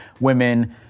women